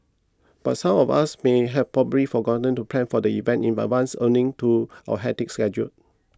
but some of us may have probably forgotten to plan for the event in advance owing to our hectic schedule